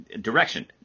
direction